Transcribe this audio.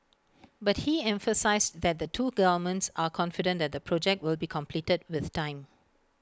but he emphasised that the two governments are confident that the project will be completed with time